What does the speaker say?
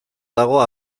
dago